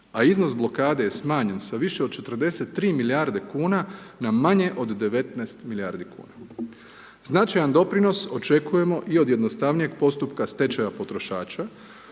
a iznos blokade je smanjen sa više od 43 milijarde kuna na manje od 19 milijardi kuna. značajan doprinos očekujemo i od jednostavnijeg postupka stečaja potrošača